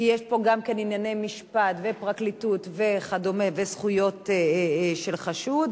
כי יש פה גם ענייני משפט ופרקליטות וזכויות של חשוד,